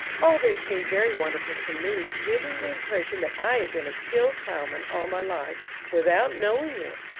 all this seemed very wonderful to me, giving the impression that i had been a skillful plowman all my life without knowing it.